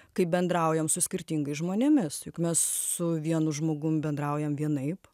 kaip bendraujam su skirtingais žmonėmis juk mes su vienu žmogum bendraujam vienaip